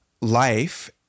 life